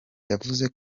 yavuze